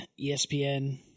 ESPN